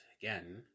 again